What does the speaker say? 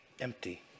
Empty